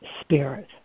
spirit